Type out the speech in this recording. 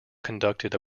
conducted